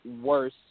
worse